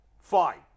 Fine